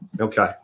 okay